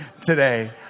today